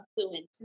fluent